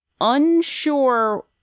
unsure